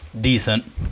decent